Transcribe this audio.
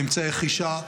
באמצעי חישה,